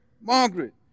Margaret